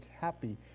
happy